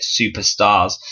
superstars